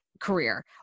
career